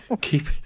Keep